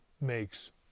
makes